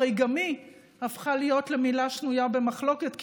הרי גם היא הפכה למילה שנויה במחלוקת,